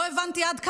לא הבנתי עד כמה,